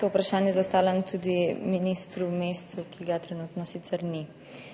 To vprašanje zastavljam tudi ministru Mescu, ki ga trenutno ni.